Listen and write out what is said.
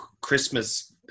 Christmas